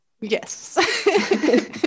Yes